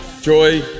Joy